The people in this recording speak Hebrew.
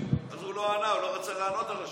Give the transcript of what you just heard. אז הוא לא ענה, הוא לא רצה לענות על השאלה.